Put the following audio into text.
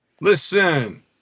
listen